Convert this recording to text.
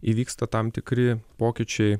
įvyksta tam tikri pokyčiai